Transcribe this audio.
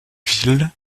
villes